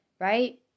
right